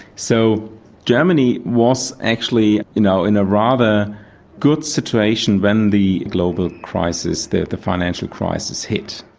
so germany was actually you know in a rather good situation when the global crisis, the the financial crisis, hit.